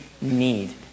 need